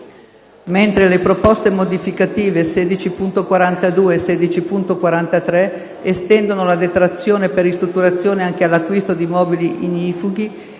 mentre le proposte modificative 16.42 e 16.43 estendono la detrazione per ristrutturazione anche all'acquisto di mobili ignifughi;